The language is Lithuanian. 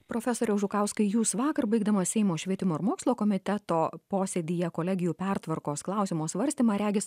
profesoriau žukauskai jūs vakar baigdamas seimo švietimo ir mokslo komiteto posėdyje kolegijų pertvarkos klausimo svarstymą regis